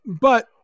but-